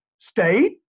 State